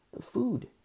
food